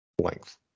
length